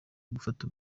gufata